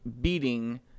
beating